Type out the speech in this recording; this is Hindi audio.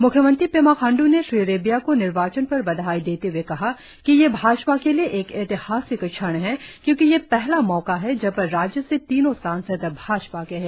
म्ख्यमंत्री पेमा खांड् ने श्री रेबिया को निर्वाचन पर बधाई देते हए कहा कि यह भाजपा के लिए एक ऐतिहासिक क्षण है क्योंकि यह पहला मौक़ा है जब राज्य से तीनों सांसद भाजपा के हैं